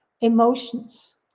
emotions